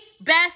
best